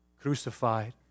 crucified